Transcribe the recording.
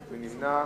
מי נמנע?